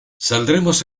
saldremos